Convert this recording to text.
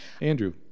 Andrew